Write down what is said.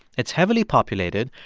it's heavily populated,